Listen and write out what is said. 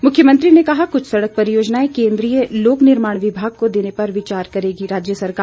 मुख्यमंत्री ने कहा कृछ सड़क परियोजनाएं केंद्रीय लोक निर्माण विभाग को देने पर विचार करेगी राज्य सरकार